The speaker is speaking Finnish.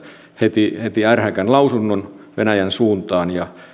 heti heti ärhäkän lausunnon venäjän suuntaan ja